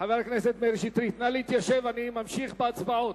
נגד נסתיימה ההצבעה.